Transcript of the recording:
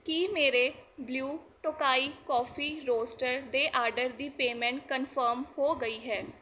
ਕੀ ਮੇਰੇ blue Tokai coffee roaster ਦੇ order ਦੀ ਪੇਮੈਂਟ ਕਨਫਰਮ ਹੋ ਗਈ ਹੈ